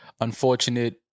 unfortunate